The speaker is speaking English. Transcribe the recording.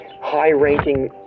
high-ranking